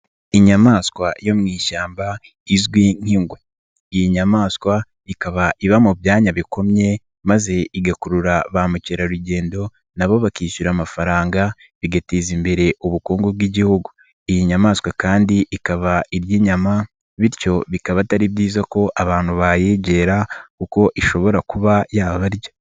Inyamaswa yo mu ishyamba izwi nk'ingwe, iyi nyamaswa ikaba iba mu byanya bikomye maze igakurura ba mukerarugendo na bo bakishyura amafaranga bigateza imbere ubukungu bw'Igihugu, iyi nyamaswa kandi ikaba irya inyama bityo bikaba atari byiza ko abantu bayegera kuko ishobora kuba yabarya.